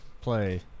play